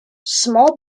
small